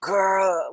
Girl